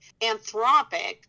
Anthropic